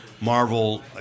Marvel